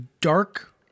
dark